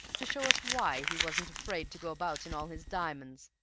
to show us why he wasn't afraid to go about in all his diamonds!